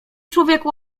człowieku